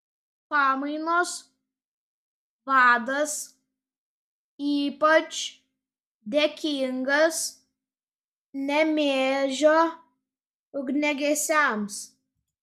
pamainos vadas ypač dėkingas nemėžio ugniagesiams